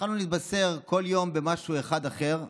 התחלנו להתבשר כל יום על משהו אחד אחר,